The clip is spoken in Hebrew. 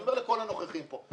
אני אומר לכל הנוכחים פה,